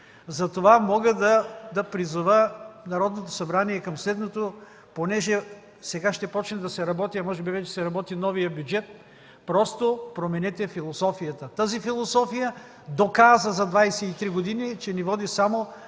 Затова мога да призова Народното събрание към следното, понеже сега ще започне да се работи, а може би вече се работи новият бюджет – просто променете философията. Тази философия доказа за 23 години, че ни води само